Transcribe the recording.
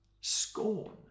scorn